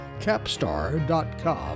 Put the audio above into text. capstar.com